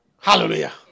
Hallelujah